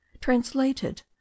translated